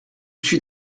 suis